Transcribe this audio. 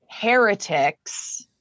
heretics